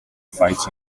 fights